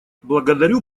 благодарю